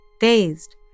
dazed